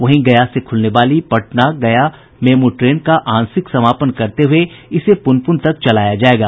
वहीं गया से खुलने वाली गया पटना मेमू ट्रेन का आंशिक समापन करते हुए इसे पुनपुन तक चलाया जायेगा